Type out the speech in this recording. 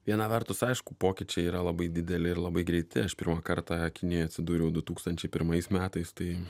viena vertus aišku pokyčiai yra labai dideli ir labai greiti aš pirmą kartą kinijoj atsidūriau du tūkstančiai pirmais metais tai